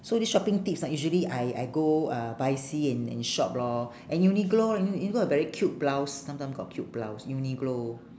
so this shopping tips ah usually I I go uh bicey and and shop lor and uniqlo u~ uniqlo have very cute blouse sometime got cute blouse uniqlo